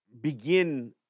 begin